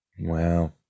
Wow